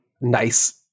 nice